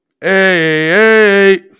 hey